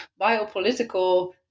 biopolitical